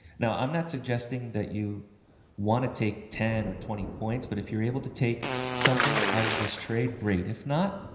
now i'm not suggesting that you want to take ten or twenty points, but if you're able to take something out of this trade, great, if not,